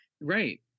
Right